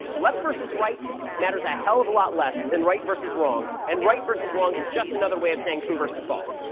left versus right matters a hell of a lot less than right versus wrong, and right versus wrong is just another way of saying true versus false.